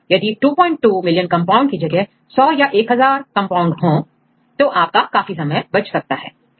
अतः यदि 22 million compound की जगह100 या 1000 कंपाउंड हां तो आप का समय काफी बच सकता है